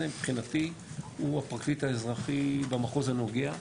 מבחינתי הוא הפרקליט האזרחי במחוז הנוגע.